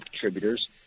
contributors